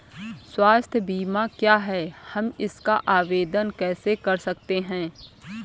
स्वास्थ्य बीमा क्या है हम इसका आवेदन कैसे कर सकते हैं?